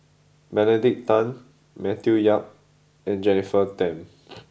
Benedict Tan Matthew Yap and Jennifer Tham